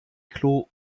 klo